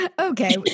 Okay